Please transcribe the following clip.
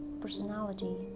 personality